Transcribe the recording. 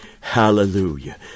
hallelujah